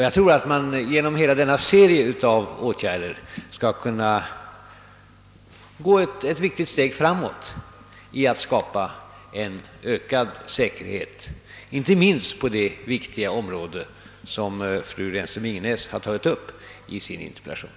Jag tror att man genom hela denna serie av åtgärder skall kunna ta ett betydelsefullt steg framåt för att skapa ökad säkerhet, inte minst på det viktiga område som fru Renström-Ingenäs berört i sin interpellation.